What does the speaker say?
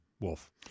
Wolf